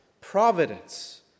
providence